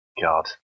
God